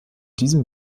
diesem